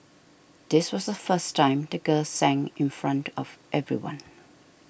this was the first time the girl sang in front of everyone